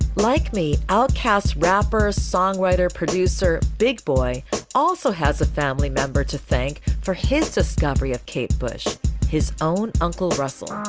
like me outcasts rapper songwriter producer big boi also has a family member to thank for his discovery of kate bush his own uncle russell